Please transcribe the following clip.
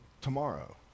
tomorrow